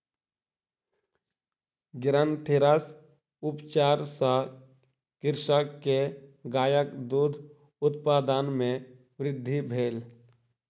ग्रंथिरस उपचार सॅ कृषक के गायक दूध उत्पादन मे वृद्धि भेल